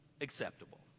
acceptable